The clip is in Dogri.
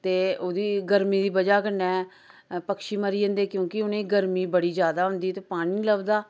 ते उदी गर्मी दी वजह कन्नै पक्षी मरी जंदे क्योंकि उनेंगी गर्मी बड़ी ज्यादा हुंदी ते पानी नी लभदा